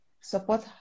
support